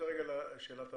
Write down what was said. שאלת הבהרה.